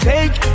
Take